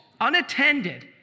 unattended